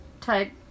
type